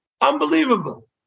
unbelievable